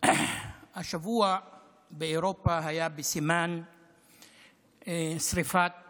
השבוע באירופה היה בסימן שרפת